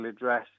address